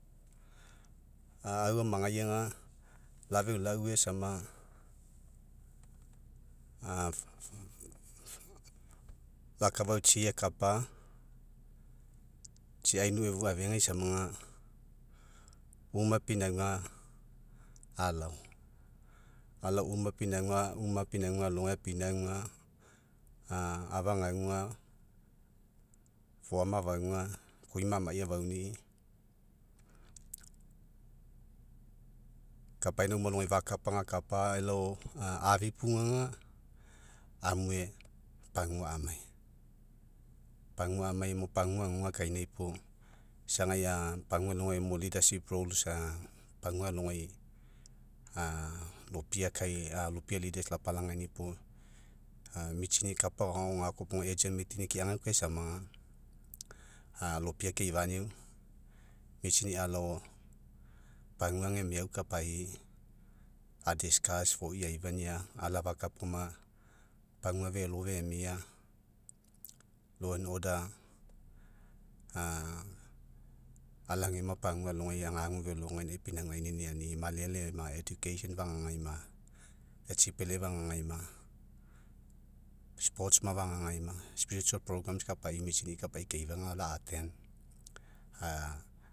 Aua amagai aga, lafeu laue sama lau akafau tsi ekapa, tsi ainu afegai sama ga, uma pinauga alao, alao uma pinauga, uma pinauga, alogai apinauga, a afa agauaga, foama afauga, kui mamai afauni'i, kapaina uma alogai, fakapa ga akapa, elao afipuguga amue pagai amai. Pagua amai mo, pagua aguga kainai puo, isagai pagua alogai mo a pagua alogai, lopia lapalagaini'i puo, a mitsini, kapa agao, gakao opoga mitsini'i keagaukae sama, lopia keifaniau, mistini alao, pagua ega miau, kapai a foui aifonia, ala falaoma, agua velo femia, ala'afgeoma pagua alogai agu velo, gainai pinaugai niniani'i, malele ma, fagagai ma, otsipele fagagai ma, fagagai ma, kapai mitsini, kapai keifaga la.